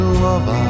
love